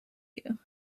you